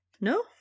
No